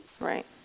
Right